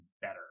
better